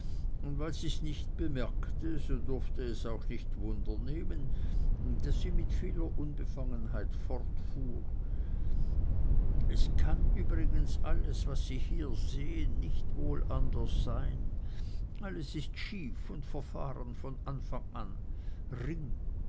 und weil sie's nicht bemerkte so durfte es auch nicht wundernehmen daß sie mit viel unbefangenheit fortfuhr es kann übrigens alles was sie hier sehen nicht wohl anders sein alles ist schief und verfahren von anfang an ring